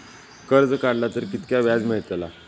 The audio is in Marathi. कर्ज काडला तर कीतक्या व्याज मेळतला?